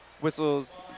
whistles